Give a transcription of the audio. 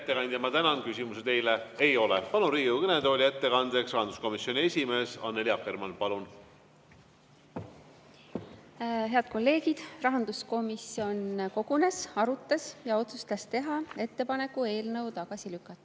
ma tänan. Küsimusi teile ei ole. Palun Riigikogu kõnetooli ettekandeks, rahanduskomisjoni esimees Annely Akkermann. Palun! Head kolleegid! Rahanduskomisjon kogunes, arutas ja otsustas teha ettepaneku eelnõu tagasi lükata.